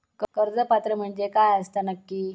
कर्ज पात्र म्हणजे काय असता नक्की?